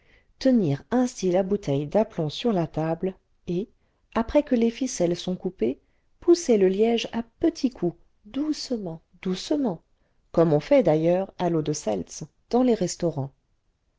tenir ainsi la bouteille d'aplomb sur la table et après que les ficelles sont coupées pousser le liège à petits coups doucement doucement comme on fait d'ailleurs à l'eau de seltz dans les restaurants